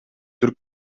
түрк